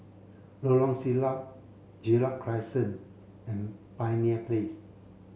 Lorong Siglap Gerald Crescent and Pioneer Place